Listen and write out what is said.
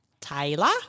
Taylor